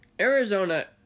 Arizona